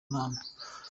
nama